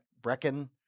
Brecken